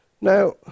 Now